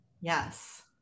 Yes